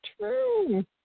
true